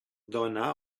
dóna